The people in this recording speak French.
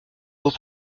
aux